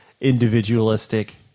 individualistic